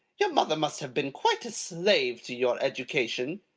your mother must have been quite a slave to your education.